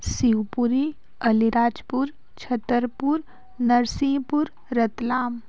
Shivpuri Alirajpur Chhatarpur Narsinghpur Ratlam